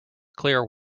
clear